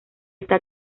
está